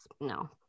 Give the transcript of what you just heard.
no